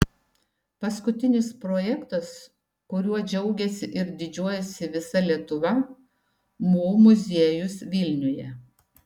paskutinis projektas kuriuo džiaugiasi ir didžiuojasi visa lietuva mo muziejus vilniuje